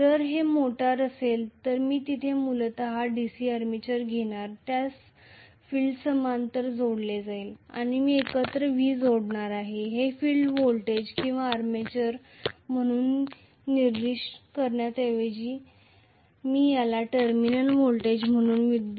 जर ते मोटार असेल तर मी येथे मूलत येथे DC आर्मेचर घेणार आहे ज्यास फील्ड करंट समांतर जोडलेले आहे आणि मी एकत्र V जोडणार आहे हे फील्ड व्होल्टेज किंवा आर्मेचर म्हणून निर्दिष्ट करण्याऐवजी मी याला टर्मिनल व्होल्टेज म्हणू